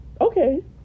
okay